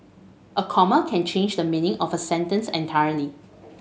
a comma can change the meaning of a sentence entirely